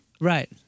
Right